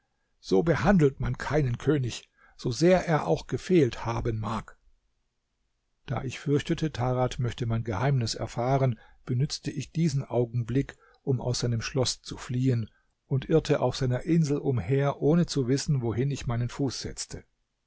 so behandelt man keinen könig so sehr er auch gefehlt haben mag da ich fürchtete tarad möchte mein geheimnis erfahren benützte ich diesen augenblick um aus seinem schloß zu fliehen und irrte auf seiner insel umher ohne zu wissen wohin ich meinen fuß setzte